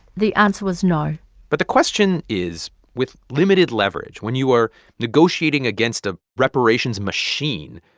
the answer was no but the question is, with limited leverage, when you are negotiating against a reparations machine,